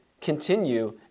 continue